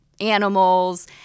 animals